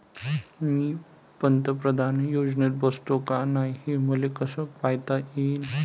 मी पंतप्रधान योजनेत बसतो का नाय, हे मले कस पायता येईन?